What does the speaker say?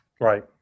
Right